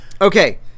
Okay